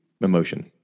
emotion